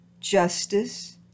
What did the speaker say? justice